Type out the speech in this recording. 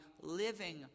living